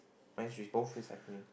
mine is both way sideway